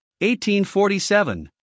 1847